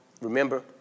remember